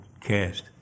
cast